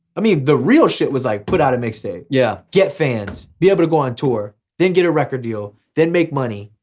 i mean the real shit was like put out a mixtape. yeah. get fans, be able to go on tour, then get a record deal, then make money,